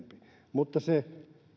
mutta se